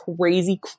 crazy